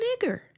nigger